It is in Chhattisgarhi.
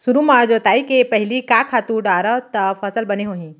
सुरु म जोताई के पहिली का खातू डारव त फसल बने होही?